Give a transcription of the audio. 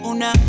Una